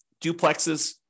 duplexes